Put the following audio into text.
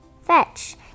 Fetch